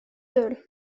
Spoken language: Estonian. tööl